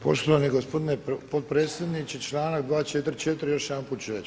Poštovani gospodine potpredsjedniče, članak 244. još jedanput ću reći.